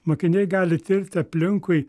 mokiniai gali tirti aplinkui